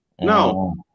No